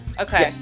Okay